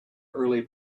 early